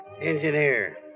Engineer